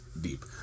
deep